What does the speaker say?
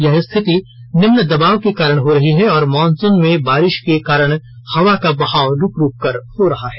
यह स्थिति निम्न दबाव के कारण हो रही है और मॉनसून में बारिश के कारण हवा का बहाव रूक रूककर हो रहा है